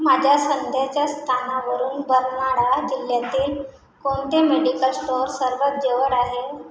माझ्या सध्याच्या स्थानावरून बर्नाळा जिल्ह्यातील कोणते मेडिकल स्टोअर सर्वात जवळ आहे